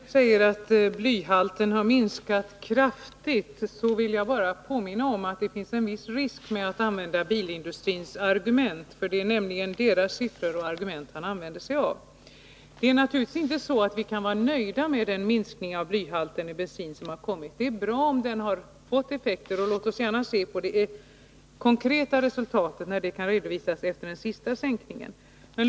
Herr talman! Eftersom Lennart Brunander säger att blyhalten har minskat kraftigt, vill jag bara påminna om att det ligger en viss risk i att använda bilindustrins argument — det är nämligen deras siffror och argument som används. Vi kan naturligtvis inte vara nöjda med den här minskningen av blyhalten i bensin. Vi vill ha helt blyfri bensin. Det är bra om minskningen har fått effekter, men låt oss först se på de verkligt konkreta resultat som kommer att redovisas efter den senaste sänkningen av blyhalten.